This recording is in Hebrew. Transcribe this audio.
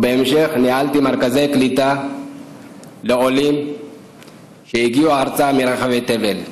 ובהמשך ניהלתי מרכזי קליטה לעולים שהגיעו ארצה מרחבי תבל.